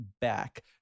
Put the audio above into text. back